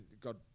God